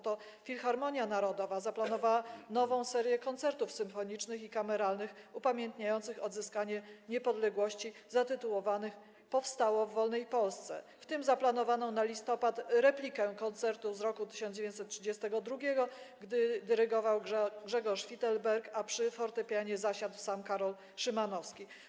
Oto Filharmonia Narodowa zaplanowała nową serię koncertów symfonicznych i kameralnych upamiętniających odzyskanie niepodległości zatytułowanych „Powstało w wolnej Polsce”, w tym zaplanowaną na listopad replikę koncertów z roku 1932, gdy dyrygował Grzegorz Fitelberg, a przy fortepianie zasiadł sam Karol Szymanowski.